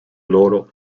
loro